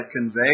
convey